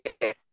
Yes